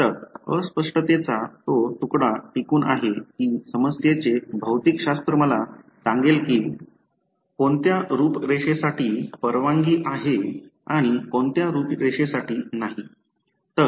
तर अस्पष्टतेचा तो तुकडा टिकून आहे की समस्येचे भौतिकशास्त्र मला सांगेल की कोणत्या रूपरेषासाठी परवानगी आहे कोणत्या रूपरेषासाठी नाही